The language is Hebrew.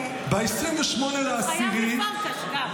ב-28 באוקטובר --- הוא חייב לפרקש גם.